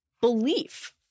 belief